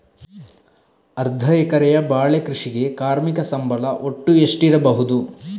ಅರ್ಧ ಎಕರೆಯ ಬಾಳೆ ಕೃಷಿಗೆ ಕಾರ್ಮಿಕ ಸಂಬಳ ಒಟ್ಟು ಎಷ್ಟಿರಬಹುದು?